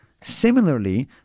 Similarly